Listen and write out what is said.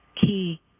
key